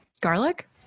garlic